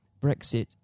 Brexit